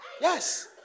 Yes